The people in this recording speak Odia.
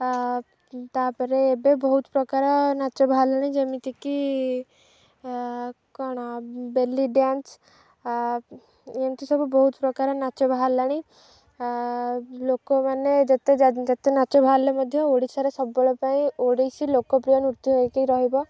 ଆ ତାପରେ ଏବେ ବହୁତ ପ୍ରକାର ନାଚ ବାହାରିଲାଣି ଯେମିତିକି କ'ଣ ବେଲି ଡ଼୍ୟାନ୍ସ ଏମିତି ସବୁ ବହୁତ ପ୍ରକାର ନାଚ ବାହାରିଲାଣି ଲୋକମାନେ ଯେତେ ଯେତେ ନାଚ ବାହାରିଲେ ମଧ୍ୟ ଓଡ଼ିଶାରେ ସବୁବେଳେ ପାଇଁ ଓଡ଼ିଶୀ ଲୋକପ୍ରିୟ ନୃତ୍ୟ ହୋଇକି ରହିବ